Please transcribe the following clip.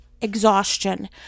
exhaustion